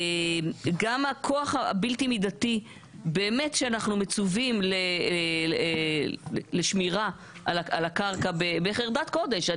גם הכוח הבלתי מידתי באמת שאנחנו מצווים לשמירה על הקרקע בחרדת קודש,